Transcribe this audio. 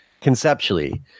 conceptually